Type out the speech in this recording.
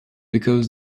because